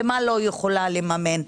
ומה לא יכולה לממן,